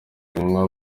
kunywa